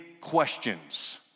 questions